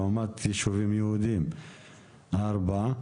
ברמת יישובים יהודיים, ארבע.